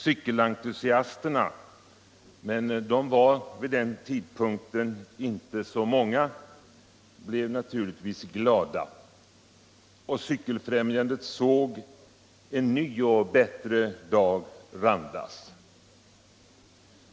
Cykelentusiasterna - men de var vid den tidpunkten inte så många — blev naturligtvis glada. Och Cykelfriämjandet såg en ny och bättre dag randas.